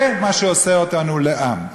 זה מה שעושה אותנו לעם.